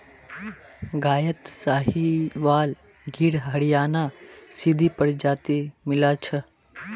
गायत साहीवाल गिर हरियाणा सिंधी प्रजाति मिला छ